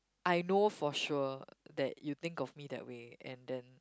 I know for sure that you think of me that way and then